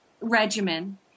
regimen